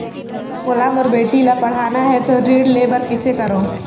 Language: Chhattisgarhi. मोला मोर बेटी ला पढ़ाना है तो ऋण ले बर कइसे करो